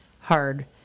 hard